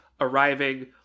arriving